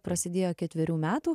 prasidėjo ketverių metų